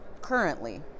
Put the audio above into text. currently